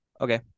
Okay